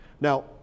Now